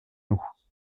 nous